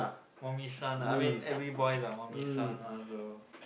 I mean every boy also want so